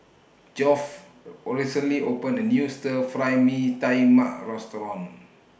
Geoff recently opened A New Stir Fry Mee Tai Mak Restaurant